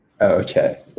Okay